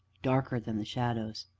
darker than the shadows.